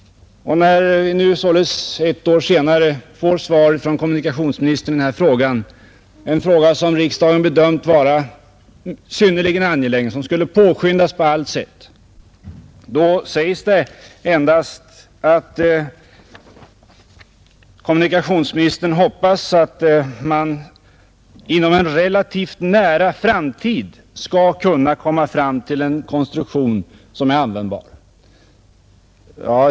När vi nu således ett år senare får svar från kommunikationsministern i denna fråga — en fråga som riksdagen bedömt vara synnerligen angelägen och vars lösning skulle påskyndas på allt sätt — då säger han endast att han hoppas att man inom en relativt nära framtid skall kunna komma fram till en konstruktion som är användbar.